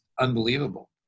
unbelievable